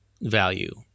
value